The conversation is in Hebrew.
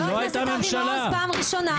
חבר הכנסת אבי מעוז, פעם ראשונה.